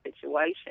situation